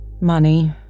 Money